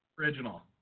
original